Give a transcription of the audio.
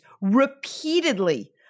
repeatedly